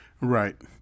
Right